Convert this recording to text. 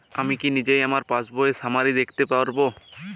আমি কি নিজেই আমার পাসবইয়ের সামারি দেখতে পারব?